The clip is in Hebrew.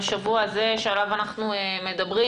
בשבוע הזה שעליו אנחנו מדברים,